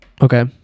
okay